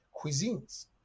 cuisines